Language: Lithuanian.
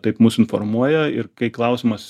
taip mus informuoja ir kai klausimas